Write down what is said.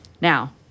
Now